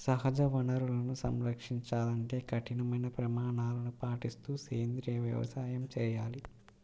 సహజ వనరులను సంరక్షించాలంటే కఠినమైన ప్రమాణాలను పాటిస్తూ సేంద్రీయ వ్యవసాయం చేయాలి